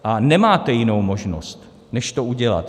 A nemáte jinou možnost, než to udělat.